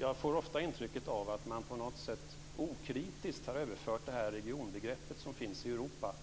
Jag får ofta intrycket att man på något sätt okritiskt har överfört det regionbegrepp som finns i Europa